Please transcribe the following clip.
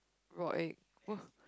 raw egg !woo!